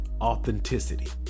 authenticity